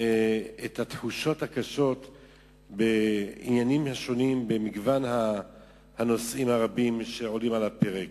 את התחושות הקשות בעניינים שונים במגוון הנושאים הרבים שעולים על הפרק.